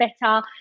better